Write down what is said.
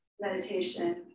meditation